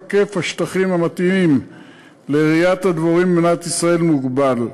היקף השטחים המתאימים לרעיית הדבורים במדינת ישראל מוגבל,